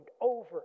over